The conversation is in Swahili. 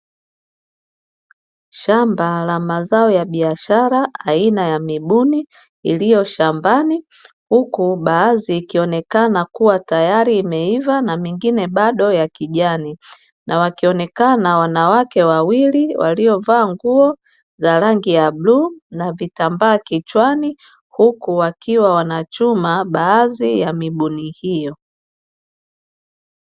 Shamba lamazao ya biashara aina ya mibuni yaliyo shambani, hku baadhi yakionekana kuwa tayali yameiva na mengine bado ya kijani na wakionekana wanawake wawili waliovaaa nguo ya rangi ya bluu na vitambaa kichwani, huku wakiwa wanachuma baadhi ya mibuni hiyo.